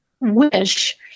wish